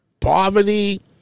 poverty